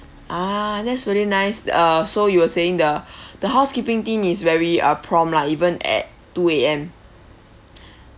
ah that's really nice uh so you were saying the the housekeeping team is very uh prompt lah even at two A_M